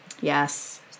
Yes